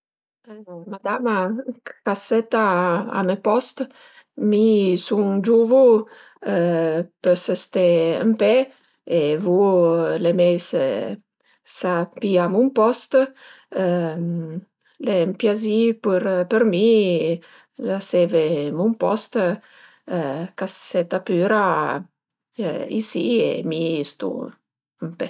Madama ch'a së seta a me post, mi sun giuvu, pös ste ën pe e vou l'e mei se s'a pìa mun post. Al e ün piazì për mi laseve mun post, ch'a së seta püra isi e mi stun ën pe